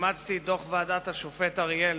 אימצתי את דוח ועדת השופט אריאל,